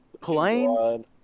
planes